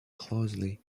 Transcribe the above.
closely